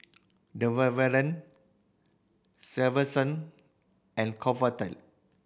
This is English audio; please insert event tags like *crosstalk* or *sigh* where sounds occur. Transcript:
*unintelligible* Selsun and Convatec